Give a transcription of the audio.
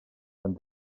quan